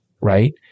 right